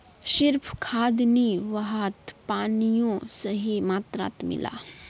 सिर्फ खाद नी वहात पानियों सही मात्रात मिला